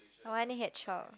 I want a hedgehog